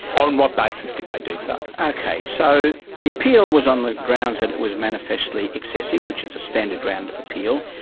on what basis did they do so? okay, so the appeal was on the grounds that it was manifestly excessive, which is a standard round of appeal,